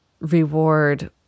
reward